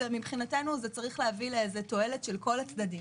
מבחינתנו זה צריך להביא לתועלת של כל הצדדים.